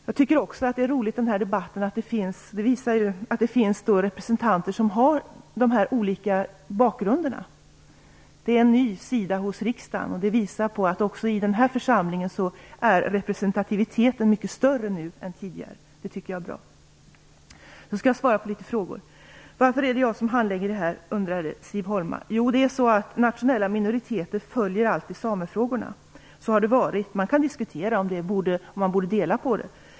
Jag tycker att det är roligt att den här debatten visar att det finns representanter som har de här olika bakgrunderna. Det är en ny sida hos riksdagen. Det visar på att även i den här församlingen är representativiteten mycket större nu än tidigare. Det tycker jag är bra. Jag skall nu svara på frågorna. Siv Holma undrade varför jag handlägger de här frågorna. Jo, frågor om nationella minoriteter följer samefrågorna. Så har det alltid varit. Man kan diskutera om man borde dela på det.